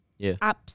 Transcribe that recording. apps